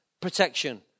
protection